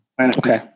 Okay